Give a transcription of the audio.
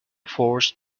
force